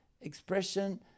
expression